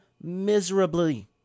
miserably